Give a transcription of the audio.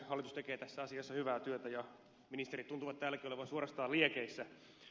hallitus tekee tässä asiassa hyvää työtä ja ministerit tuntuvat täälläkin olevan suorastaan liekeissä